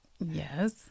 Yes